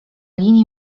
linii